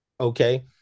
okay